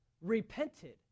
Repented